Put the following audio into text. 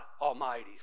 Almighty